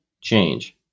change